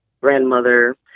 grandmother